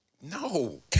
No